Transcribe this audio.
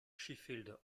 sheffield